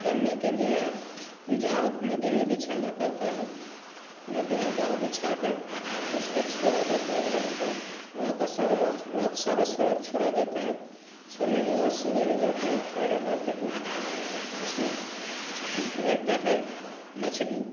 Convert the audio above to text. पकड़ने के लिए जाल नदी में बिछाना पड़ता है नदी में जाल बिछाकर उसको छोड़ा जाता है रातभर रात आ सारी दास रात सारा छोड़ा जाता है छोड़ने के बाद सुबह जो जाते हैं उठाकर लाते हैं उसमें रहता है मछली